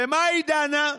במה היא דנה?